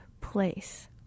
place